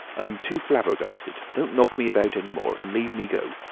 i'm too flabbergasted. don't knock me about any more. and leave me go.